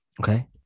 okay